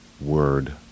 word